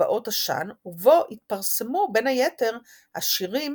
"טבעות עשן", ובו התפרסמו בין היתר השירים